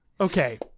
Okay